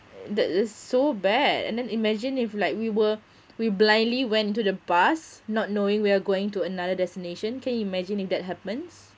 that is so bad and then imagine if like we were we blindly went into the bus not knowing we are going to another destination can you imagine if that happens